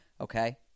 okay